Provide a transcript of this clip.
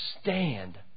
stand